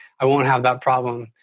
i won't have that problem.